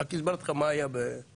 ורק הסברתי לך מה היה בנשיאות.